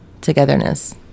togetherness